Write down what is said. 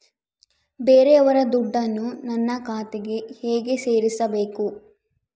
ಬೇರೆಯವರ ದುಡ್ಡನ್ನು ನನ್ನ ಖಾತೆಗೆ ಹೇಗೆ ಸೇರಿಸಬೇಕು?